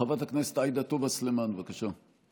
חברת הכנסת עאידה תומא סלימאן, בבקשה.